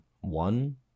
one